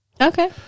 Okay